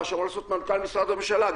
מה שאמור לעשות מנכ"ל משרד ראש הממשלה,